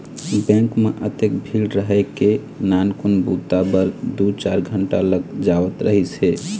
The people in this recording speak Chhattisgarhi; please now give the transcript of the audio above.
बेंक म अतेक भीड़ रहय के नानकुन बूता बर दू चार घंटा लग जावत रहिस हे